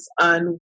on